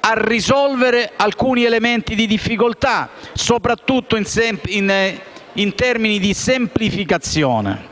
a risolvere alcuni elementi di difficoltà, soprattutto in termini di semplificazione.